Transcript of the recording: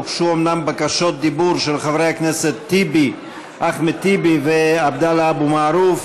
הוגשו אומנם בקשות דיבור של חברי הכנסת אחמד טיבי ועבדאללה אבו מערוף.